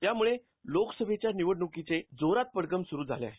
त्यामूळे लोकसभेच्या निवडणुकीचे जोरात पडघंम सुरू झाले आहेत